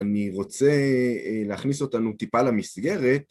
אני רוצה להכניס אותנו טיפה למסגרת.